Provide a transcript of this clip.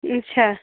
آچھا